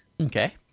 Okay